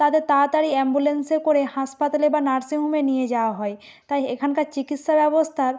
তাদের তাড়াতাড়ি অ্যাম্বুলেন্সে করে হাসপাতালে বা নার্সিং হোমে নিয়ে যাওয়া হয় তাই এখানকার চিকিৎসা ব্যবস্তার